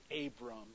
Abram